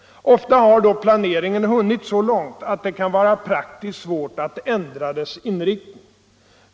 Ofta har planeringen då hunnit så långt att det kan vara praktiskt svårt att ändra dess inriktning.